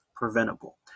preventable